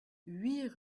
huit